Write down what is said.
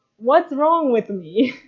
what's wrong with me?